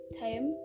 time